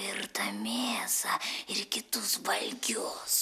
virtą mėsą ir kitus valgius